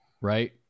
Right